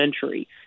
century